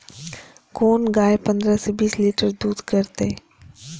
कोन गाय पंद्रह से बीस लीटर दूध करते?